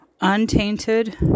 untainted